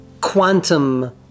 quantum